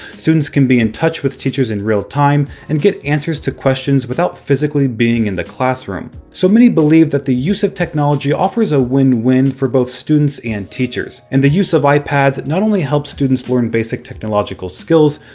students can be in touch with teachers in real time and get answers to questions without physically being in the classroom. so many believe that the use of technology offers a win-win for both teachers and students. and the use of ipads not only helps students learn basic technological skills,